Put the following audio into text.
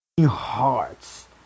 hearts